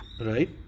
right